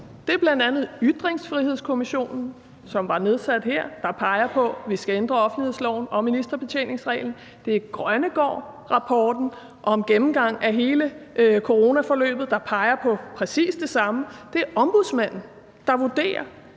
af, er bl.a. Ytringsfrihedskommissionen, som var nedsat her, og som peger på, at vi skal ændre offentlighedsloven og ministerbetjeningsreglen; det er Grønnegaards rapport om gennemgangen af hele coronaforløbet, der peger på præcis det samme; og det er Ombudsmanden, der vurderer,